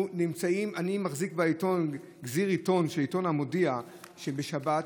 אני מחזיק בגזיר עיתון של עיתון המודיע של שבת,